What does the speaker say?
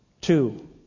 Two